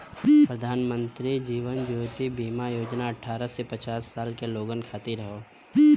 प्रधानमंत्री जीवन ज्योति बीमा योजना अठ्ठारह से पचास साल के लोगन खातिर हौ